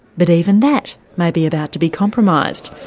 but even that may be about to be compromised.